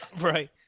Right